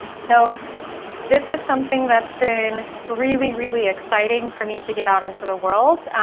so this is something that's been really, really exciting for me to get out into the world.